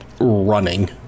running